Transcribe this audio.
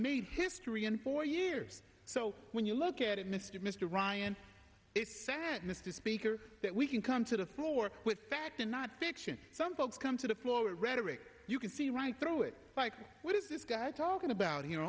made history in four years so when you look at it mr mr ryan mr speaker that we can come to the floor with fact and not fiction some folks come to the floor rhetoric you can see right through it like what is this guy talking about here